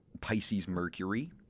Pisces-Mercury